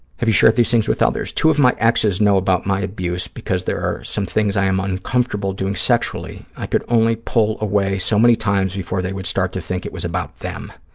have you shared these things with others? two of my exes know about my abuse because there are some things i am uncomfortable doing sexually. i could only pull away so many times before they would start to think it was about them.